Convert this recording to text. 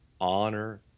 honor